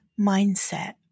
mindset